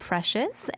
Precious